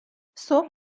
صبح